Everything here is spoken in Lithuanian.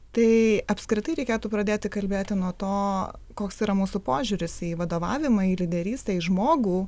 tai apskritai reikėtų pradėti kalbėti nuo to koks yra mūsų požiūris į vadovavimą į lyderystę į žmogų